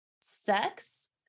sex